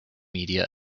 media